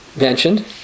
mentioned